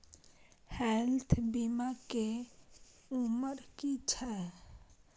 Health बीमा के उमर की छै?